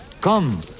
Come